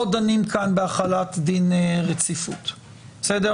לא דנים כאן בהתחלת דין רציפות בסדר,